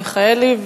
מיכאלי,